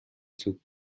зүг